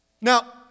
Now